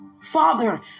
Father